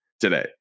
today